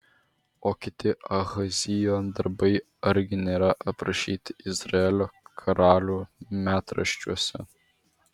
o kiti ahazijo darbai argi nėra aprašyti izraelio karalių metraščiuose